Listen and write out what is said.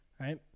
Right